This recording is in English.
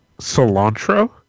Cilantro